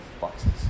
boxes